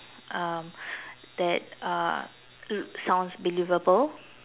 um that uh l~ sounds believable